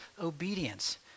obedience